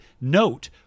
note